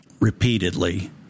repeatedly